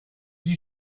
you